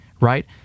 right